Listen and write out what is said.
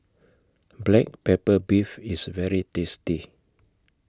Black Pepper Beef IS very tasty